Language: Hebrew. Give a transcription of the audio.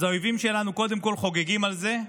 האויבים שלנו קודם כול חוגגים על זה,